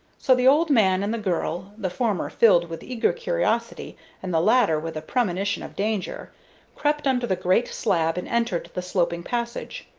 so the old man and the girl the former filled with eager curiosity and the latter with a premonition of danger crept under the great slab and entered the sloping passage.